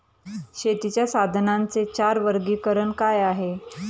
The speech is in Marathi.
शेतीच्या साधनांचे चार वर्गीकरण काय आहे?